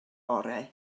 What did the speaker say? orau